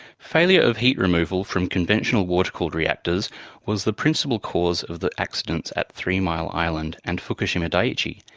failure of heat removal from conventional water-cooled reactors was the principle cause of the accidents at three mile island and fukushima daiichi,